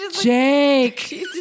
Jake